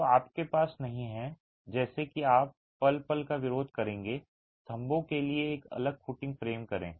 तो आपके पास नहीं है जैसे कि आप पल पल का विरोध करेंगे स्तंभों के लिए एक अलग फ़ुटिंग फ़्रेम करें